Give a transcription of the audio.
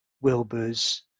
Wilbur's